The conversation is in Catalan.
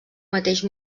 mateix